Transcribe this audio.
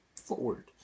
forward